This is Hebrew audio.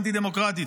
אנטי-דמוקרטית,